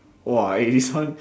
!wah! eh this one